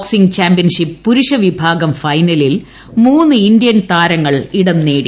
Asian boxing championship പുരുഷവിഭാഗം ഫൈനലിൽ മൂന്ന് ഇന്ത്യൻ താരങ്ങൾ ഇടം നേടി